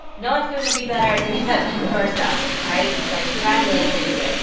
no one's going to be better at doing that than yourself, right? it's like, congratulations,